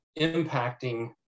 impacting